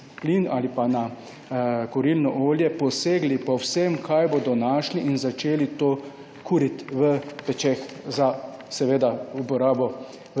ali pa na kurilno olje, posegli po vsem, kar bodo našli, in začeli to kuriti v pečeh na drva.